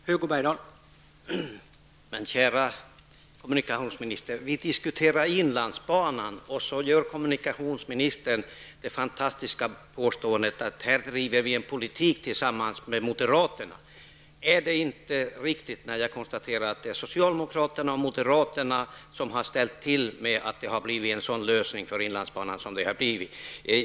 Herr talman! Men kära kommunikationsministern! Vi diskuterar inlandsbanan, och så gör kommunikationsministern det fantastiska påståendet att vi driver en politik tillsammans med moderaterna. Är det inte riktigt att det är socialdemokraterna och moderaterna som har ställt till så att lösningen blivit som den blivit för inlandsbanan?